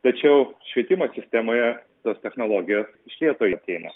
tačiau švietimo sistemoje tos technologijos iš lėto išsiimamos